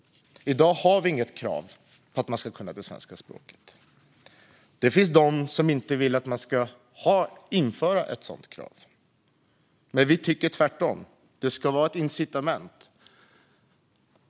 I dag har vi inget krav på att man ska kunna det svenska språket. Det finns de som inte vill att man ska införa ett sådant krav. Men vi tycker tvärtom att det ska vara ett incitament.